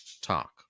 talk